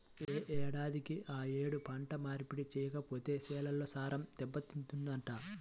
యే ఏడాదికి ఆ యేడు పంట మార్పిడి చెయ్యకపోతే చేలల్లో సారం దెబ్బతింటదంట